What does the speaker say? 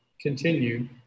continue